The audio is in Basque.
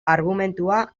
argumentua